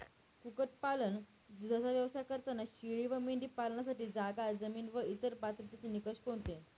कुक्कुटपालन, दूधाचा व्यवसाय करताना शेळी व मेंढी पालनासाठी जागा, जमीन व इतर पात्रतेचे निकष कोणते?